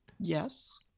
Yes